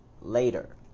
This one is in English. Later